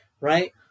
right